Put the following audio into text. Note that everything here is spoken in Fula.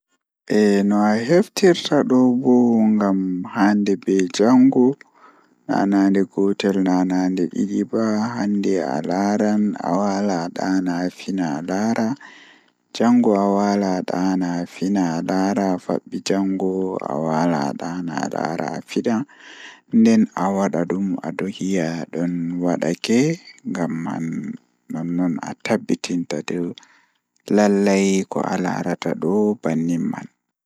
Ko njogorde ɗi faamini no woodi, ko ngam a faamataa ɗee njikataaɗe konngol maa. A waawi waɗde heɓre nde njogitde e njarɗe ɗi njikataaɗe. Kono waɗal ngal jooni faamataa ko waɗata e simulaasii maa, ngam ɗum no heɓiraa ɗe njikataaɗo ɗum, waɗataa ko a waɗa naatude e njipirde dow hakkunde konngol maa e njogorde ɗi.